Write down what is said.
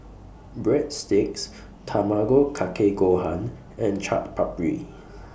Breadsticks Tamago Kake Gohan and Chaat Papri